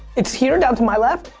it's here and down to my left?